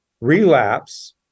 relapse